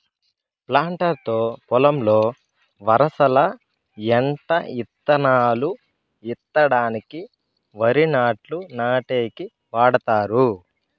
planter తో పొలంలో వరసల ఎంట ఇత్తనాలు ఇత్తడానికి, వరి నాట్లు నాటేకి వాడతారు